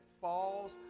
falls